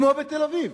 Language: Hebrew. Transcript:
כמו בתל-אביב,